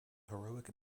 heroic